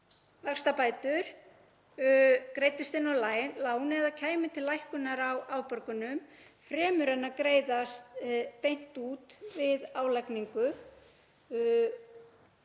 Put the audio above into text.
vaxtabætur greiddust inn á lánið og kæmi til lækkunar á afborgunum fremur en að greiðast beint út við álagningu.